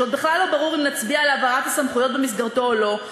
שעוד בכלל לא ברור אם נצביע על העברת הסמכויות במסגרתו או לא,